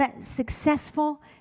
successful